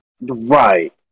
Right